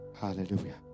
hallelujah